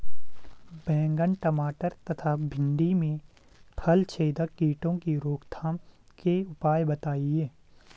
बैंगन टमाटर तथा भिन्डी में फलछेदक कीटों की रोकथाम के उपाय बताइए?